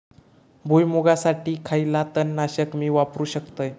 भुईमुगासाठी खयला तण नाशक मी वापरू शकतय?